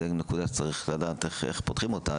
זו נקודה שצריך לדעת איך פותרים אותה,